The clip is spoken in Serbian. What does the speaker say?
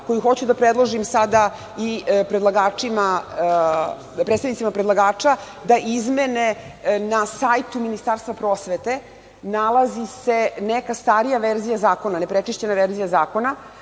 koju hoću da predložim sada i predlagačima, predstavnicima predlagača da izmene na sajtu Ministarstva prosvete. Na tom sajtu nalazi se starija verzija zakona, neprečišćena verzija zakona